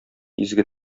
изге